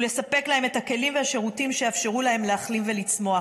ולספק להם את הכלים והשירותים שיאפשרו להם להחלים ולצמוח.